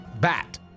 Bat